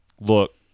look